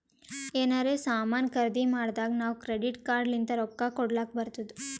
ಎನಾರೇ ಸಾಮಾನ್ ಖರ್ದಿ ಮಾಡ್ದಾಗ್ ನಾವ್ ಕ್ರೆಡಿಟ್ ಕಾರ್ಡ್ ಲಿಂತ್ ರೊಕ್ಕಾ ಕೊಡ್ಲಕ್ ಬರ್ತುದ್